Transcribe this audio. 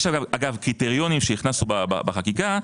יש קריטריונים שהכנסנו בחקיקה,